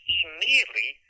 immediately